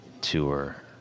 Tour